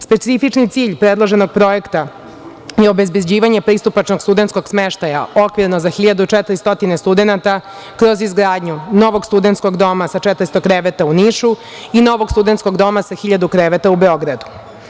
Specifični cilj predloženog projekta je obezbeđivanje pristupačnog studentskog smeštaja okvirno za 1.400 studenata kroz izgradnju novog studentskog doma sa 400 kreveta u Nišu i novog studentskog doma sa 1.000 kreveta u Beogradu.